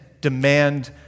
demand